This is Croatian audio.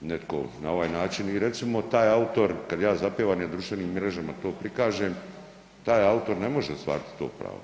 netko na ovaj način i recimo taj autor kad ja zapjevam i na društvenim mrežama to prikažem, taj autor ne može ostvarit to pravo.